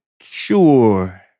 sure